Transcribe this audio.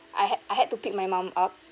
I had I had to pick my mom up